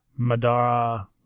Madara